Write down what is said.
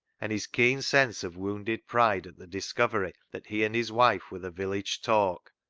and his keen sense of wounded pride at the discovery that he and his wife were the village talk,